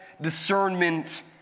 discernment